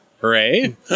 Hooray